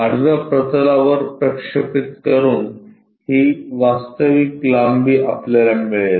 आडव्या प्रतलावर प्रक्षेपित करून ही वास्तविक लांबी आपल्याला मिळेल